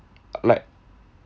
like